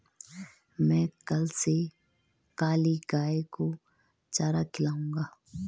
मैं कल से काली गाय को चारा खिलाऊंगा